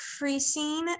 increasing